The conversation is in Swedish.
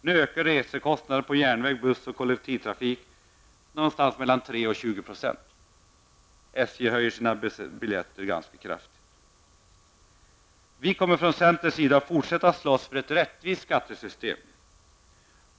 Nu ökar resekostnaderna på järnväg, buss och kollektivtrafik med 3--20 %. SJ höjer sina biljettpriser ganska kraftigt. Från centerns sida kommer vi att fortsätta att slåss för ett rättvist skattesystem.